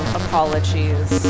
apologies